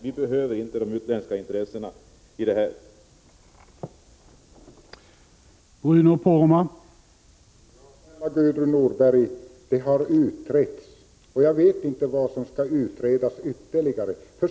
Vi behöver inte de utländska intressena på detta område.